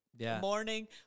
morning